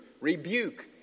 rebuke